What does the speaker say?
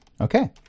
Okay